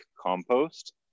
compost